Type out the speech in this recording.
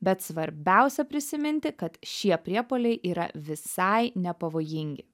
bet svarbiausia prisiminti kad šie priepuoliai yra visai nepavojingi